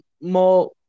more